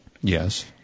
Yes